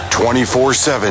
24-7